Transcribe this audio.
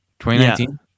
2019